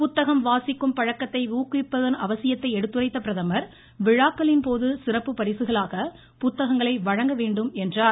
புத்தகம் வாசிக்கும் பழக்கத்தை ஊக்குவிப்பதன் அவசியத்தை எடுத்துரைத்த பிரதமர் விழாக்களின்போது சிறப்பு பரிசுகளாக புத்தகங்களை வழங்க வேண்டும் என்றார்